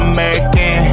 American